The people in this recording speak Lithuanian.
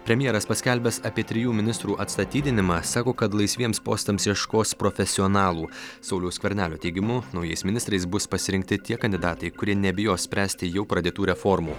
premjeras paskelbęs apie trijų ministrų atstatydinimą sako kad laisviems postams ieškos profesionalų sauliaus skvernelio teigimu naujais ministrais bus pasirinkti tie kandidatai kurie nebijo spręsti jau pradėtų reformų